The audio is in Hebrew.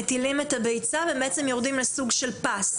מטילות את הביצה וזה יורד לסוג של פס.